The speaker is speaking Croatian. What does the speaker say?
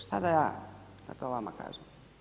Šta da ja na to vama kažem?